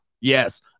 Yes